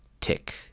Tick